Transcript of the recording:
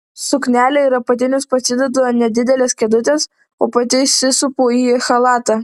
suknelę ir apatinius pasidedu ant nedidelės kėdutės o pati įsisupu į chalatą